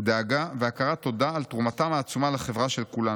דאגה והכרת תודה על תרומתם העצומה לחברה של כולנו.